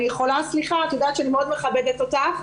את יודעת שאני מאוד מכבדת אותך,